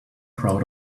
proud